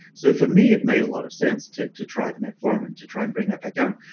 so for me, it made a lot of sense to to try the metformin, to try and bring that back down,